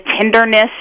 tenderness